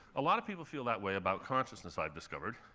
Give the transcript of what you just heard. a lot of people feel that way about consciousness, i've discovered.